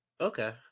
Okay